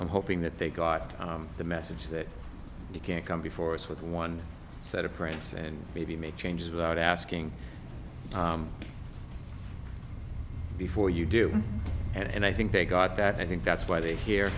i'm hoping that they got the message that you can't come before us with one set of prints and maybe make changes without asking before you do and i think they got that i think that's why they're here